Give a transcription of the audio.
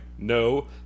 No